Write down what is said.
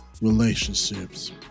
relationships